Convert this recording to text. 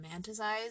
romanticize